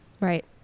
Right